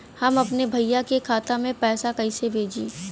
हम अपने भईया के खाता में पैसा कईसे भेजी?